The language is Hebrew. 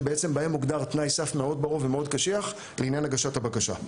כשבעצם בהן מוגדר תנאי סף מאוד ברור ומאוד קשיח לעניין הגשת הבקשה.